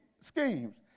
schemes